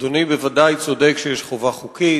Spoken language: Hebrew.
אדוני בוודאי צודק שיש חובה חוקית,